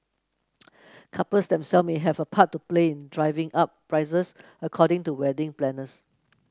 couples themself may have a part to play in driving up prices according to wedding planners